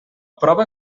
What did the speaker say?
prova